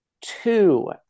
Two